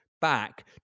back